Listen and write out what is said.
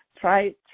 Try